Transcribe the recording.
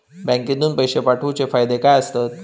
बँकेतून पैशे पाठवूचे फायदे काय असतत?